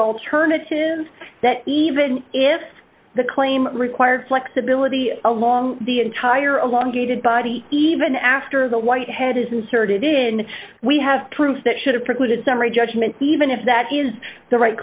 alternative that even if the claim required flexibility along the entire along gated body even after the white head is inserted and we have proof that should have precluded summary judgment even if that is the right